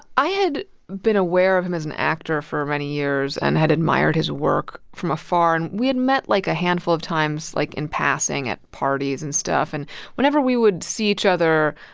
i had been aware of him as an actor for many years and had admired his work from afar. and we had met, like, a handful of times, like, in passing at parties and stuff. and whenever we would see each other,